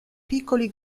piccoli